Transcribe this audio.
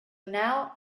now